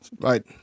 Right